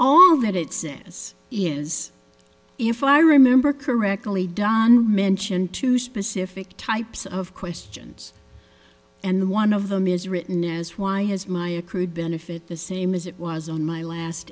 all that it says is if i remember correctly don mentioned two specific types of questions and one of them is written as why has my accrued benefit the same as it was on my last